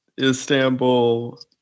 Istanbul